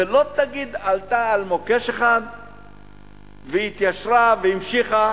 זה לא, תגיד: עלתה על מוקש אחד והתיישרה והמשיכה,